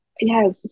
yes